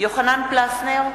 יוחנן פלסנר,